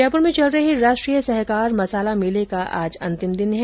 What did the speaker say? जयपुर में चल रहे राष्ट्रीय सहकार मसाला मेले का आज अंतिम दिन है